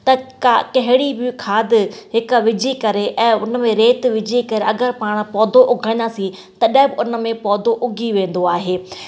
त का कहिड़ी बि खाद हिकु विझी करे ऐं उन में रेत विझी करे अगरि पाण पौधो उगंदासीं तॾहिं बि उन में पौधो उगी वेंदो आहे